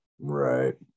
Right